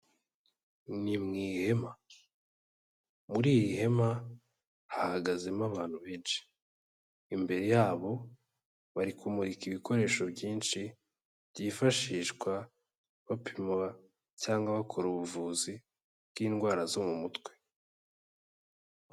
Ni mu ihema, muri iri hema hahagazemo abantu benshi, imbere yabo bari kumurika ibikoresho byinshi, byifashishwa bapima cyangwa bakora ubuvuzi bw'indwara zo mu mutwe.